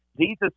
Jesus